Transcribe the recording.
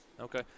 Okay